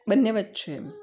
બંનેમાં જ છે